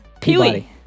Pee-wee